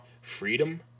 freedom